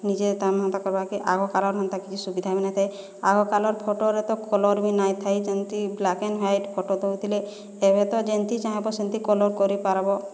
ନିଜେ ତା ହନ୍ତା କରବାକେ ଆଗ କାଲରେ ହେନ୍ତା କିଛି ସୁବିଧା ବି ନାହିଁ ଥାଏ ଆଗ କାଲରେ ଫଟୋରେ ତ କଲର୍ ବି ନାହିଁ ଥାଏ ଏମିତି ବ୍ଲାକ୍ ଆଣ୍ଡ ହ୍ୱାଇଟ୍ ଫଟୋ ଦେଉଥିଲେ ଏବେ ତ ଯେମିତି ଚାହିଁବ ସେମିତି କଲର୍ କରିପାରିବ